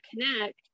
connect